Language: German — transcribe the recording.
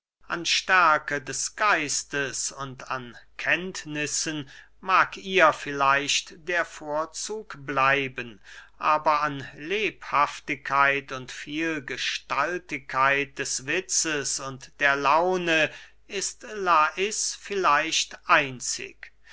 an stärke des geistes und an kenntnissen mag ihr vielleicht der vorzug bleiben aber an lebhaftigkeit und vielgestaltigkeit des witzes und der laune ist lais vielleicht einzig